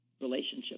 relationship